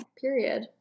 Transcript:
period